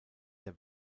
der